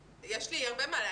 יש לי הרבה מה להגיד.